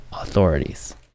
authorities